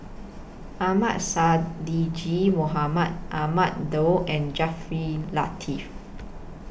Ahmad Sonhadji Mohamad Ahmad Daud and Jaafar Latiff